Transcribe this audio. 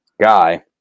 guy